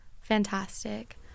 Fantastic